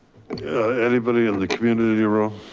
anybody in the community room?